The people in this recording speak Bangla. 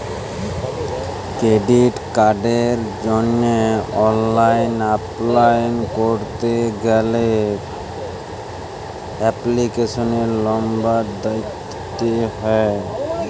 ক্রেডিট কার্ডের জন্হে অনলাইল এপলাই ক্যরতে গ্যালে এপ্লিকেশনের লম্বর দিত্যে হ্যয়